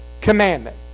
commandment